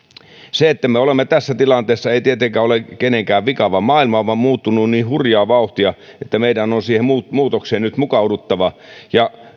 se että me olemme tässä tilanteessa ei tietenkään ole kenenkään vika vaan maailma on vain muuttunut niin hurjaa vauhtia että meidän on siihen muutokseen nyt mukauduttava ja